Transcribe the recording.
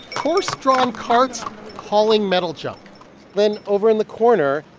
horse-drawn carts hauling metal junk then over in the corner,